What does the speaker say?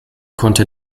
konnte